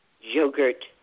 Yogurt